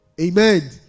Amen